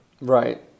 Right